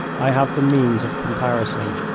i have the means of comparison.